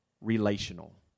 relational